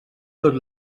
tot